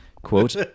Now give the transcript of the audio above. Quote